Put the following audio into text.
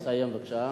לסיים בבקשה.